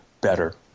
better